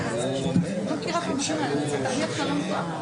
לכן לחילוט האזרחי.